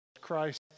Christ